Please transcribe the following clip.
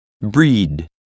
breed